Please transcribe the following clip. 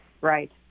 right